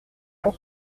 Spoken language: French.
cent